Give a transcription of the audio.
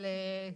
אבל הוא